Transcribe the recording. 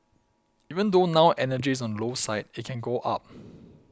even though now energy is on the low side it can go up